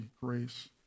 grace